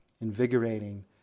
invigorating